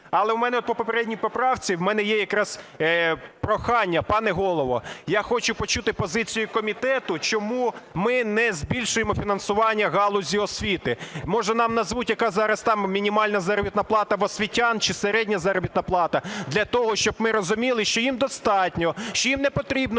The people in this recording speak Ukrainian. Але в мене от по передній поправці, в мене є якраз прохання. Пане Голово, я хочу почути позицію комітету, чому ми не збільшуємо фінансування галузі освіти, може нам назвуть, яка зараз там мінімальна заробітна плата в освітян чи середня заробітна плата, для того, щоб ми розуміли, що їм непотрібно